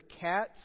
cats